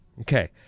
Okay